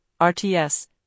RTS